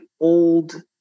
old